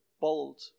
bold